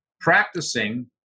practicing